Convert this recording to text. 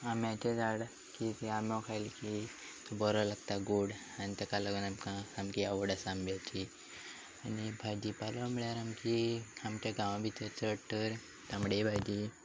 आंब्याचें झाड की तें आंबो खायलो की तो बरो लागता गोड आनी तेका लागून आमकां सामकी आवड आसा आंब्याची आनी भाजी पालो म्हळ्यार आमची आमचे गांवा भितर चड तर तांबडी भाजी